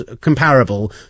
comparable